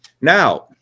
Now